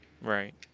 Right